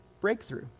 breakthrough